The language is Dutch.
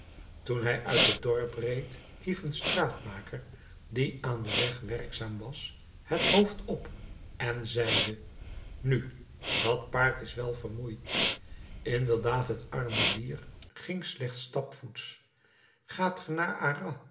toen hij uit het dorp reed hief een straatmaker die aan den weg werkzaam was het hoofd op en zeide nu dat paard is wel vermoeid inderdaad het arme dier ging slechts stapvoets gaat